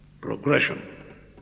Progression